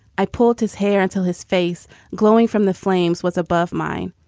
i pulled his hair until his face glowing from the flames, was above mine.